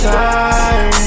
time